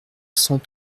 cent